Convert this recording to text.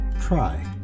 try